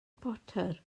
potter